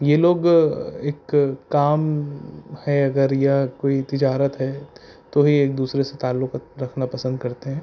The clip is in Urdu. یہ لوگ ایک کام ہے اگر یا کوئی تجارت ہے تو ہی ایک دوسرے سے تعلق رکھنا پسند کرتے ہیں